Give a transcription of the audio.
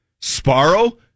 Sparrow